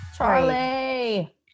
Charlie